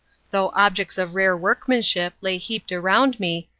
though objects of rare workmanship lay heaped around me,